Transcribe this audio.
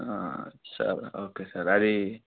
sir okay sir అది